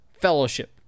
fellowship